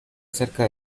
acerca